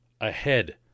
Ahead